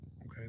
Okay